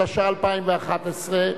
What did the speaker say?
התשע"א 2011,